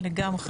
לגמרי.